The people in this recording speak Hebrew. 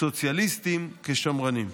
סוציאליסטים כשמרנים.